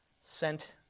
sent